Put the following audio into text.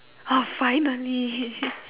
oh finally